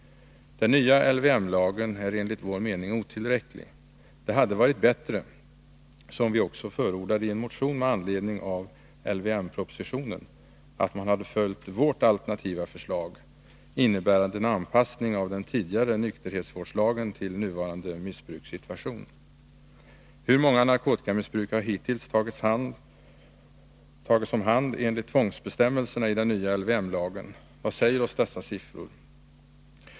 Den nya LVM-lagen är enligt vår mening otillräcklig. Det hade varit Onsdagen den bättre — som vi också förordade i en motion med anledning av LVM 19 maj 1982 propositionen — att man hade följt vårt alternativa förslag, innebärande en anpassning av den tidigare nykterhetsvårdslagen till nuvarande missbrukssituation. Hur många narkotikamissbrukare har hittills tagits om hand enligt tvångsbestämmelserna i den nya LVM-lagen? Vad säger oss dessa siffror?